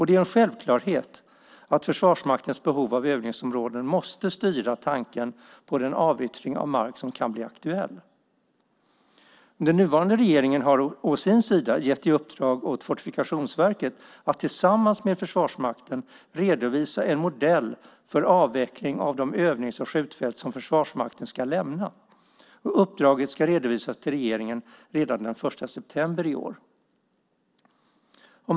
Det är en självklarhet att Försvarsmaktens behov av övningsområden måste styra takten på den avyttring av mark som kan bli aktuell. Den nuvarande regeringen har å sin sida gett i uppdrag åt Fortifikationsverket att tillsammans med Försvarsmakten redovisa en modell för avveckling av de övnings och skjutfält som Försvarsmakten ska lämna. Uppdraget ska redovisas till regeringen redan den 1 september i år.